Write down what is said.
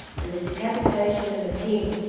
and the decapitation of the king.